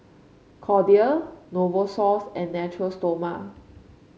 Kordel Novosource and Natura Stoma